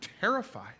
terrified